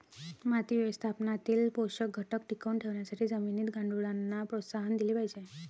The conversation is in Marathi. माती व्यवस्थापनातील पोषक घटक टिकवून ठेवण्यासाठी जमिनीत गांडुळांना प्रोत्साहन दिले पाहिजे